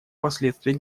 последствий